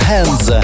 Hands